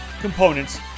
components